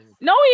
No